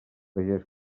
pagés